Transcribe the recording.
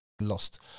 Lost